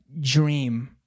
dream